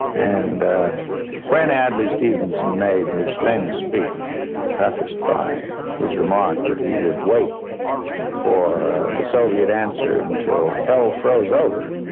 and when adlai stevenson made his famous speech prefaced by his remark that he would wait for the soviet answer until hell froze over.